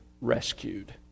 rescued